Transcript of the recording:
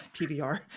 PBR